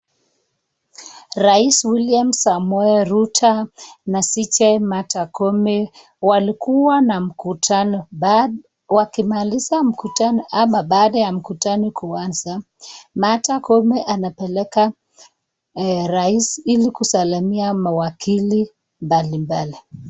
Rais William Samoei Ruto na cj Martha Koome walikua na mkutano, baada ya kumaliza ama baada ya mkutano kuanza, Martha Koome anapeleka rais ili kusalimia mawakili mbali mbali.